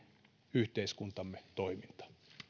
yhteiskuntamme toiminnan